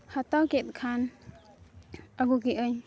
ᱦᱟᱛᱟᱣ ᱠᱮᱫ ᱠᱷᱟᱱ ᱟᱹᱜᱩ ᱠᱮᱫᱟᱹᱧ